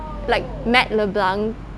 like matt leblanc